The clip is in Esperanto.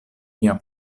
mia